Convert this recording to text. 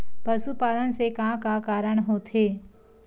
पशुपालन से का का कारण होथे?